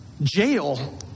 jail